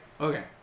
Okay